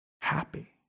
happy